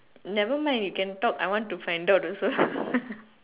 nevermind you can talk I want to find out also